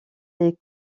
les